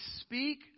speak